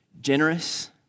generous